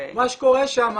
מה שקורה שם